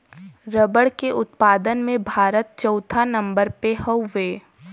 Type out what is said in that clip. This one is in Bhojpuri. रबड़ के उत्पादन में भारत चउथा नंबर पे हउवे